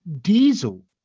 Diesel